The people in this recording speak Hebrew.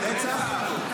ברצח?